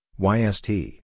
YST